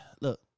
Look